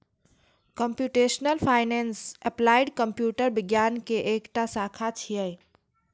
computational finance applied computer विज्ञान के एकटा शाखा छियै